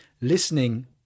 Listening